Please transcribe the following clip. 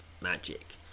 magic